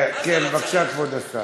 בבקשה, כבוד השר.